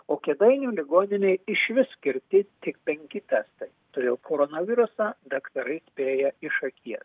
o kėdainių ligoninei iš vis skirti tik penki testai turėjo koronavirusą daktarai spėja iš akies